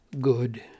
good